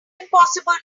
impossible